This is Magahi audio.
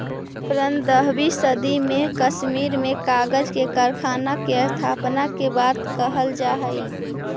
पँद्रहवीं सदी में कश्मीर में कागज के कारखाना के स्थापना के बात कहल जा हई